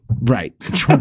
right